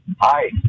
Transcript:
Hi